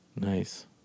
Nice